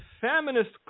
feminist